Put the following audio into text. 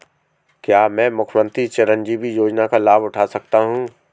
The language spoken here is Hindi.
क्या मैं मुख्यमंत्री चिरंजीवी योजना का लाभ उठा सकता हूं?